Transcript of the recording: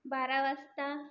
बारा वाजता